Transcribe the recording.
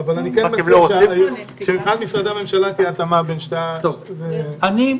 אבל אני מציע שמבחינת משרדי הממשלה תהיה התאמה בין שתיה ההצעות.